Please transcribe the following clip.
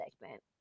segment